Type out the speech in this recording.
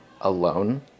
alone